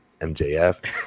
MJF